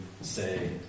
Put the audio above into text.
say